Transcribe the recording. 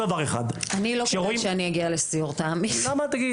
לא כדאי שאני אגיע לסיור, תאמין לי.